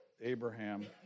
Abraham